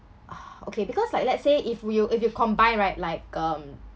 uh okay because like let's say if you if you combine right like um